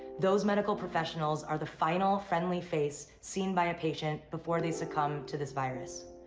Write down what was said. those medical professionals are the final friendly face seen by a patient before they succumb to this virus.